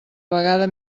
vegada